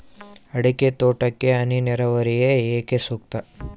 ಅಡಿಕೆ ತೋಟಕ್ಕೆ ಹನಿ ನೇರಾವರಿಯೇ ಏಕೆ ಸೂಕ್ತ?